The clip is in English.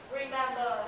remember